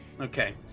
Okay